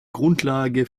grundlage